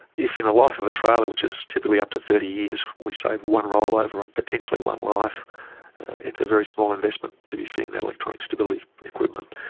if in the life of a trailer, which is typically up to thirty years, we save one rollover and potentially one life it's a very small investment to be fitting that electronic stability equipment.